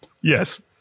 Yes